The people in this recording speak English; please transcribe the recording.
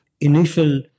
initial